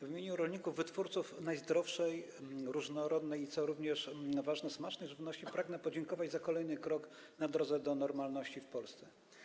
W imieniu rolników, wytwórców najzdrowszej, różnorodnej i, co również ważne, smacznej żywności pragnę podziękować za kolejny krok na drodze do normalności w Polsce.